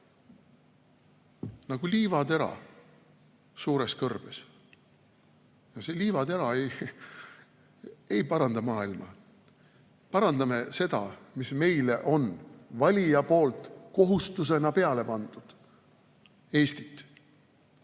nagu liivatera suures kõrbes, ja see liivatera ei paranda maailma. Parandame seda, mis meile on valijate poolt kohustusena peale pandud – Eestit.